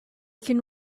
can